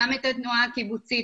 גם את התנועה הקיבוצית.